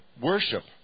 worship